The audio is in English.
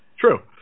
True